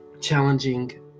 challenging